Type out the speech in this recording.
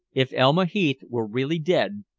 if elma heath were really dead,